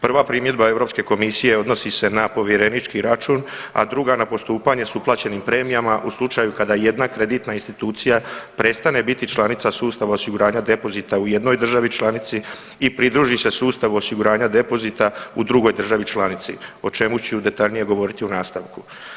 Prva primjedba Europske komisije odnosi se na povjerenički račun, a druga na postupanje s uplaćenim premijama u slučaju kada jedna kreditna institucija prestane biti članica sustava osiguranja depozita u jednoj državi članici i pridruži se sustavu osiguranja depozita u drugoj državi članici o čemu ću detaljnije govoriti u nastavku.